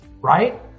right